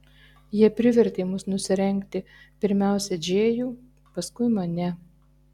jie privertė mus nusirengti pirmiausia džėjų paskui mane